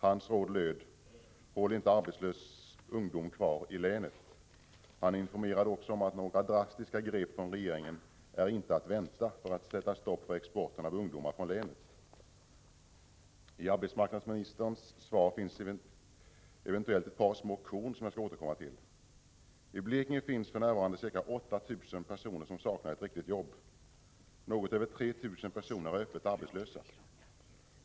Hans råd löd: ”Håll inte arbetslös ungdom kvar ilänet.” Han informerade också om att några drastiska grepp från regeringen för att sätta stopp för exporten av ungdomar från länet inte är att vänta. I arbetsmarknadsministerns svar finns emellertid eventuellt ett par små korn, som jag skall återkomma till. I Blekinge finns för närvarande 8 000 personer som saknar ett riktigt jobb. Något över 3 000 personer är öppet arbetslösa.